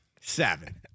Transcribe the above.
seven